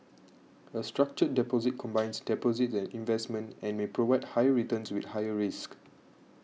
a structured deposit combines deposits and investments and may provide higher returns with higher risks